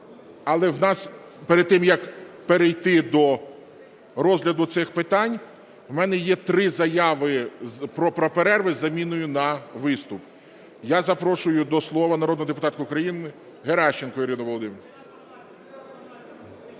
нас перед тим, як перейти до розгляду цих питань, в мене є три заяви про перерви із заміною на виступ. Я запрошую до слова народну депутатку України Геращенко Ірину Володимирівну.